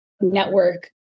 network